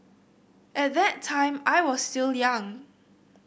at that time I was still young